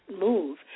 move